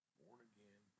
born-again